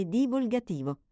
divulgativo